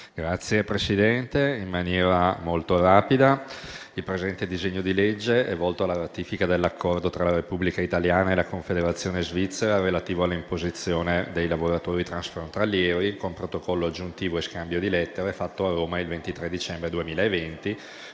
Signor Presidente, il presente disegno di legge è volto alla ratifica dell'accordo tra la Repubblica italiana e la Confederazione svizzera relativo all'imposizione dei lavoratori frontalieri, con Protocollo aggiuntivo e Scambio di Lettere, fatto a Roma il 23 dicembre 2020,